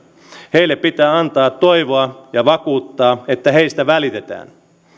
heille pitää antaa toivoa ja vakuuttaa että heistä välitetään